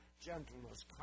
gentleness